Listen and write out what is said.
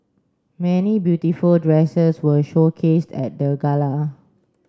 many beautiful dresses were showcased at the gala